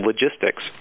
logistics